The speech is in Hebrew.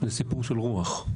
סיפור של רוח.